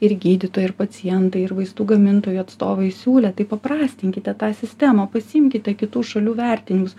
ir gydytojai ir pacientai ir vaistų gamintojų atstovai siūlė tai paprastinkite tą sistemą pasiimkite kitų šalių vertinimus